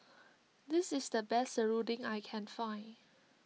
this is the best Serunding that I can find